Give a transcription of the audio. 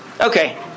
Okay